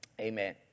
Amen